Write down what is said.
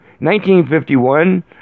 1951